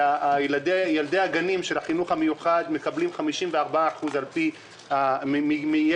ילדי הגנים של החינוך המיוחד מקבלים 54% ממה